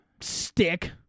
stick